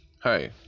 Hi